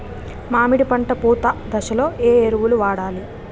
మామిడి పంట పూత దశలో ఏ ఎరువులను వాడాలి?